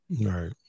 Right